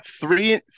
Three